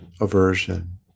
aversion